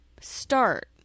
start